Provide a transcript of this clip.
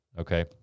okay